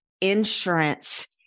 insurance